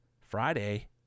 friday